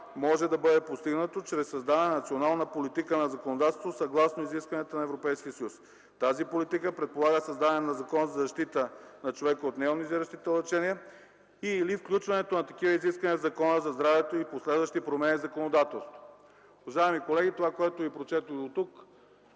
може да бъде постигнато чрез създаването на национална политика и законодателство, съгласно изискванията на Европейския съюз. Тази политика предполага създаване на Закон за защита на човека от нейонизиращите лъчения и/или включването на такива изисквания в Закона за здравето и последващи промени в законодателството. Уважаеми колеги, това, което ви прочетох дотук,